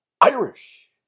Irish